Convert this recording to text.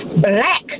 black